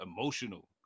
emotional